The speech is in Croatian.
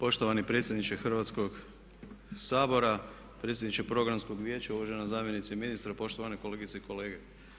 Poštovani predsjedniče Hrvatskog sabora, predsjedniče programskog vijeća, uvažena zamjenice ministra, poštovane kolegice i kolege.